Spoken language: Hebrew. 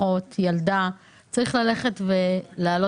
אחות או ילדה שחלו וצריכים ללכת להיבדק.